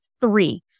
three